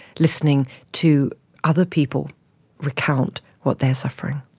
listening to other people recount what they are suffering.